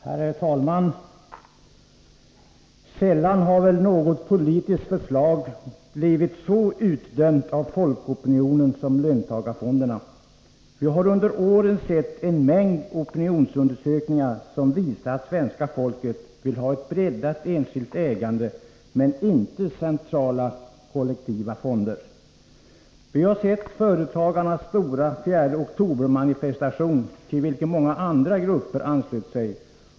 Herr talman! Sällan har väl något politiskt förslag blivit så utdömt av folkopinionen som det om löntagarfonderna. Vi har under åren sett en mängd opinionsundersökningar som visat att svenska folket vill ha ett brett enskilt ägande men inte centrala kollektiva fonder. Vi har sett företagarnas stora 4 oktober-manifestation, till vilken många andra grupper anslöt sig.